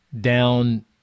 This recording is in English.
down